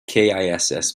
kiss